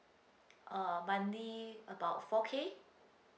uh monthly about four K